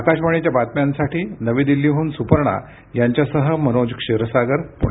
आकाशवाणीच्या बातम्यांसाठी नवी दिल्लीहून सुपर्णा यांच्यासह मनोज क्षीरसागर पुणे